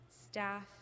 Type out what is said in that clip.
staff